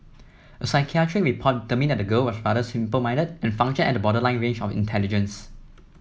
a psychiatric report determined that the girl was rather simple minded and functioned at the borderline range of intelligence